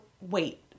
wait